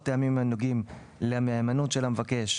או מטעמים הנוגעים למהימנות של המבקש,